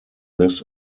this